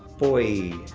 boy?